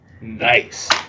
Nice